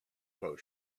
post